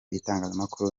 itangazamakuru